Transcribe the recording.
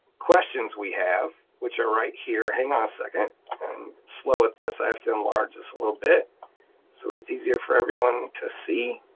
questions we have, which are right here. hang on a second. i'm slow at this, i have to enlarge this a little bit so it's easier for everyone to see,